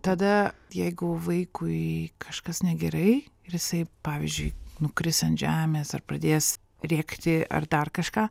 tada jeigu vaikui kažkas negerai ir jisai pavyzdžiui nukris ant žemės ar pradės rėkti ar dar kažką